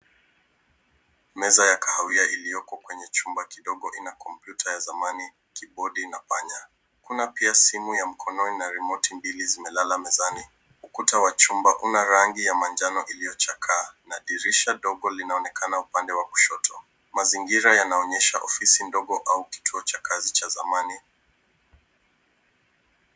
Meza ya kahawia iliyoko kwenye chumba kidogo ina kompyuta ya zamani, kibodi na panya. Kuna pia simu ya mkononi na rimoti imelala mezani. Ukuta wa chumba una rangi ya manjano iliyochakaa na dirisha dogo linaonekana upande wa kushoto. Mazingira yanaonyesha ofisi ndogo au kituo cha kazi cha zamani.